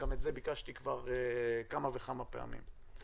גם את זה ביקשתי כבר כמה וכמה פעמים.